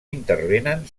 intervenen